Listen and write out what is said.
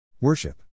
Worship